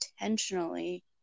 intentionally